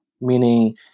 Meaning